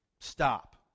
Stop